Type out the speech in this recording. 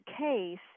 case